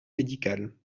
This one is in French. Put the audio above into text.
médical